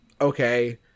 okay